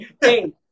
hey